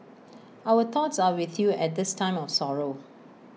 our thoughts are with you at this time of sorrow